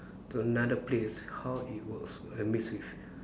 to another place how it works I mix with